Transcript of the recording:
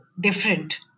different